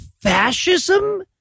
fascism